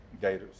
Gators